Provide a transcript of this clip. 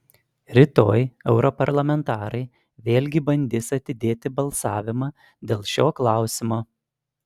rytoj europarlamentarai vėlgi bandys atidėti balsavimą dėl šio klausimo